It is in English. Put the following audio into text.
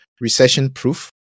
recession-proof